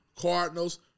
Cardinals